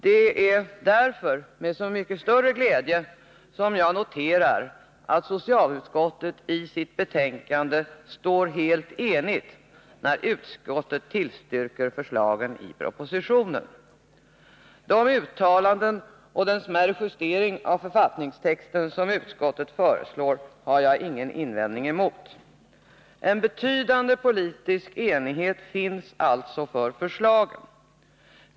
Det är därför med så mycket större glädje som jag noterar att socialutskottet i sitt betänkande står helt enigt, när utskottet tillstyrker förslagen i propositionen. De uttalanden och den smärre justering av författningstexten som utskottet föreslår har jag ingen invändning emot. En betydande politisk enighet finns alltså för förslaget.